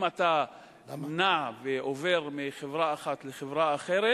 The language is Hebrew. אם אתה נע ועובר מחברה אחת לחברה אחרת,